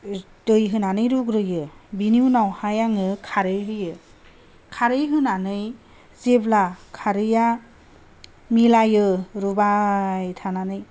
दै होननानै रुग्रोयो बिनि उनावहाय आङो खारै होयो खारै होनानै जेब्ला खारैआ मिलायो रुबाय थानानै